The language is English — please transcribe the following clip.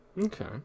okay